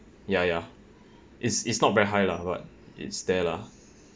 ya ya it's it's not very high lah but it's there lah